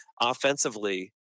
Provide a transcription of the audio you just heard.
offensively